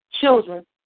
children